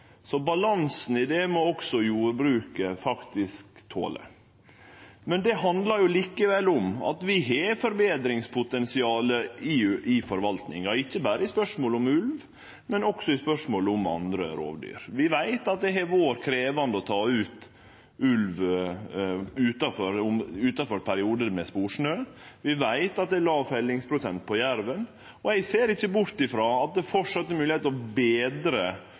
Så balansen i det må faktisk også jordbruket tåle. Det handlar likevel om at vi har eit potensial for å verte betre i forvaltninga – ikkje berre i spørsmålet om ulv, men også i spørsmålet om andre rovdyr. Vi veit at det har vore krevjande å ta ut ulv utanfor periodar med sporsnø. Vi veit at det er låg fellingsprosent for jerv. Eg ser ikkje bort ifrå at det framleis er mogleg å betre